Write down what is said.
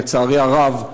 לצערי הרב,